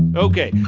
and ok,